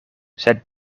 sed